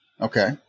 Okay